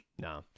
No